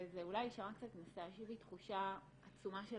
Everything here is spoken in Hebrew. וזה אולי יישמע --- יש בי תחושה עצומה של